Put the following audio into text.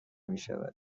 میشود